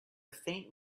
faint